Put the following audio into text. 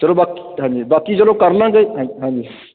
ਚਲੋ ਬਾਕੀ ਹਾਂਜੀ ਬਾਕੀ ਚਲੋ ਕਰਲਾਂਗੇ ਹਾ ਹਾਂਜੀ